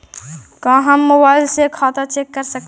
का हम मोबाईल से खाता चेक कर सकली हे?